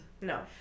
No